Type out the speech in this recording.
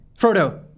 Frodo